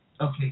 Okay